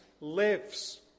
lives